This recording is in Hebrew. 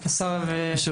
השר וסרלאוף, בבקשה.